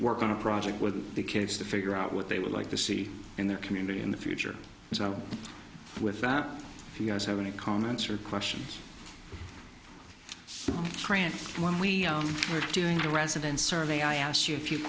work on a project with the kids to figure out what they would like to see in their community in the future so with that if you guys have any comments or questions so trant when we were doing a resident survey i asked you